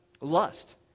lust